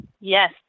Yes